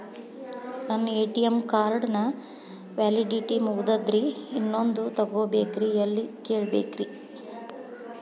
ನನ್ನ ATM card ನ validity ಮುಗದದ್ರಿ ಇನ್ನೊಂದು ತೊಗೊಬೇಕ್ರಿ ಎಲ್ಲಿ ಕೇಳಬೇಕ್ರಿ?